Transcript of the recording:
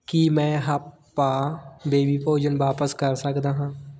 ਕੀ ਮੈਂ ਹਪਪਆ ਬੇਬੀ ਭੋਜਨ ਵਾਪਿਸ ਕਰ ਸਕਦਾ ਹਾਂ